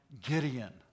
Gideon